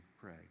pray